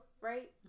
right